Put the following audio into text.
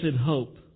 hope